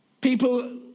People